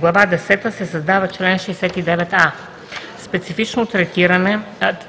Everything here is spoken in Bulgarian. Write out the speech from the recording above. глава десета се създава чл. 69а: